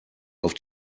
auf